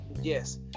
Yes